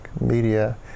media